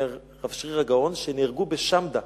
אומר רב שרירא גאון שנהרגו בשמדא,